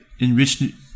enriched